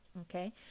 Okay